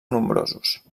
nombrosos